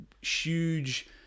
huge